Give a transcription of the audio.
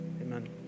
Amen